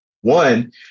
One